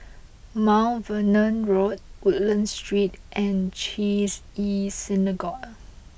Mount Vernon Road Woodlands Street and Chesed El Synagogue